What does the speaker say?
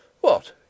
What